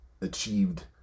achieved